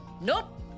Nope